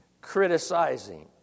criticizing